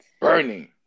Burning